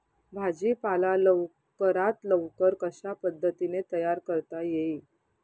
भाजी पाला लवकरात लवकर कशा पद्धतीने तयार करता येईल?